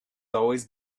always